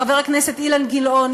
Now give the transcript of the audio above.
חבר הכנסת אילן גילאון,